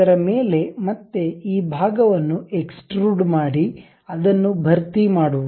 ಅದರ ಮೇಲೆ ಮತ್ತೆ ಈ ಭಾಗವನ್ನು ಎಕ್ಸ್ಟ್ರುಡ್ ಮಾಡಿ ಅದನ್ನು ಭರ್ತಿ ಮಾಡುವದು